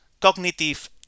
cognitive